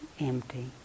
empty